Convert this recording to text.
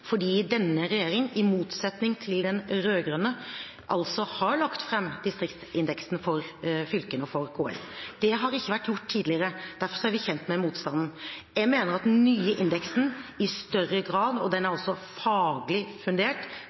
fordi denne regjering i motsetning til den rød-grønne har lagt fram distriktsindeksen for fylkene og for KS. Det har ikke vært gjort tidligere. Derfor er vi kjent med motstanden. Jeg mener at den nye indeksen i større grad, og den er også faglig fundert,